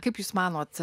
kaip jūs manot